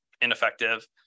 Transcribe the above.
ineffective